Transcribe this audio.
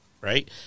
right